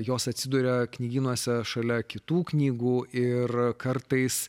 jos atsiduria knygynuose šalia kitų knygų ir kartais